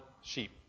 sheep